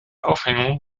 aufhängung